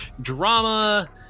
drama